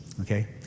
Okay